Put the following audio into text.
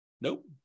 Nope